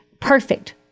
perfect